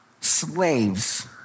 slaves